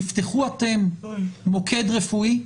תפתחו אתם מוקד רפואי,